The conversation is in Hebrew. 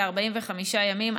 ב-45 ימים,